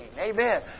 Amen